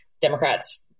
Democrats